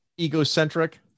egocentric